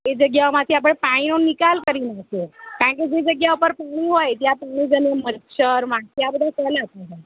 એ જગ્યામાંથી આપણે પાણીનો નિકાલ કરી નાખીએ કેમ કે જે જગ્યા પર પાણી હોય ત્યાં મછર માખી આ બધાં પહેલાં ફેલાય